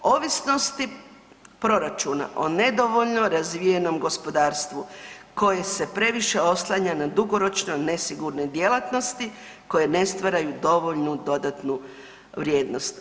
Ovisnosti proračuna o nedovoljno razvijenom gospodarstvu koje se previše oslanja na dugoročno nesigurnoj djelatnosti koje ne stvaraju dovoljnu dodatnu vrijednost.